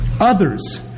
Others